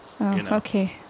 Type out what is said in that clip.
okay